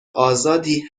آزادی